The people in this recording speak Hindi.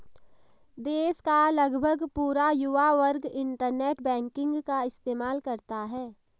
देश का लगभग पूरा युवा वर्ग इन्टरनेट बैंकिंग का इस्तेमाल करता है